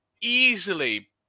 easily